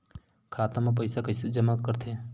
खाता म पईसा कइसे जमा करथे?